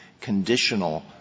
conditional